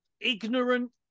ignorant